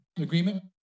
Agreement